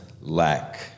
lack